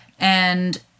And-